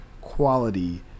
quality